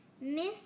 Miss